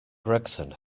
gregson